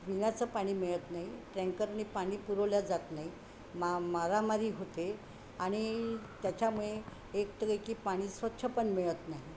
पिण्याचं पाणी मिळत नाही टँकरनी पाणी पुरवल्या जात नाही मा मारामारी होते आणि त्याच्यामुळे एकतर आहे की पाणी स्वच्छ पण मिळत नाही